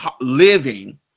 living